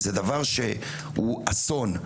זה דבר שהוא אסון.